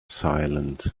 silent